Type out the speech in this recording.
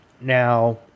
Now